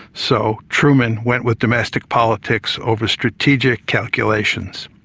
so truman went with domestic politics over strategic calculations.